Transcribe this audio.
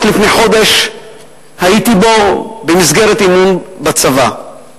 רק לפני חודש הייתי בו במסגרת אימון בצבא.